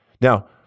Now